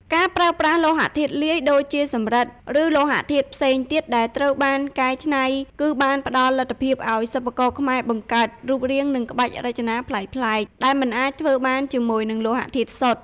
ការប្រើប្រាស់លោហៈធាតុលាយ ដូចជាសំរិទ្ធ ឬលោហៈធាតុផ្សេងទៀតដែលត្រូវបានកែច្នៃ គឺបានផ្ដល់លទ្ធភាពឱ្យសិប្បករខ្មែរបង្កើតរូបរាង និងក្បាច់រចនាប្លែកៗ ដែលមិនអាចធ្វើបានជាមួយនឹងលោហៈធាតុសុទ្ធ។